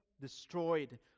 destroyed